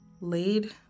laid